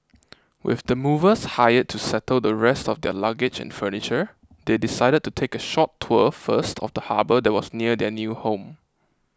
with the movers hired to settle the rest of their luggage and furniture they decided to take a short tour first of the harbour that was near their new home